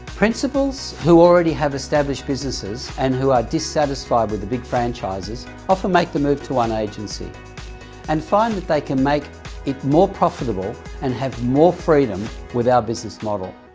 principles, who already have established businesses and who are dissatisfied with the big franchises often make the move to one agency and find that they can make it more profitable and have more freedom with our business model.